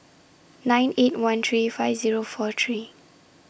nine eight one three five Zero four three